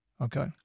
Okay